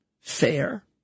fair